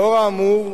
לאור האמור,